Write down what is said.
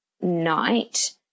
night